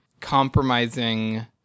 compromising